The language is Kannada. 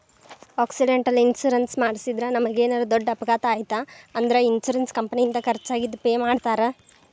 ಆಕ್ಸಿಡೆಂಟಲ್ ಇನ್ಶೂರೆನ್ಸ್ ಮಾಡಿಸಿದ್ರ ನಮಗೇನರ ದೊಡ್ಡ ಅಪಘಾತ ಆಯ್ತ್ ಅಂದ್ರ ಇನ್ಶೂರೆನ್ಸ್ ಕಂಪನಿಯಿಂದ ಖರ್ಚಾಗಿದ್ ಪೆ ಮಾಡ್ತಾರಾ